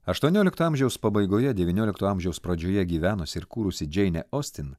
aštuoniolikto amžiaus pabaigoje devyniolikto amžiaus pradžioje gyvenusi ir kūrusi džeinė ostin